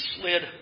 slid